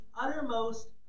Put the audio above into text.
uttermost